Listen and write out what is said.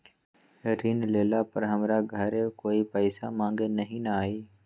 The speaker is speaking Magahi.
ऋण लेला पर हमरा घरे कोई पैसा मांगे नहीं न आई?